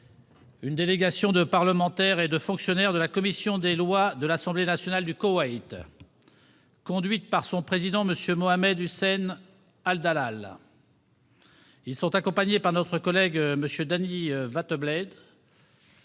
une délégation de parlementaires et de fonctionnaires de la commission des lois de l'Assemblée nationale du Koweït, conduite par son président, M. Mohammed Hussein Al Dallal. Ils sont accompagnés par notre collègue Dany Wattebled,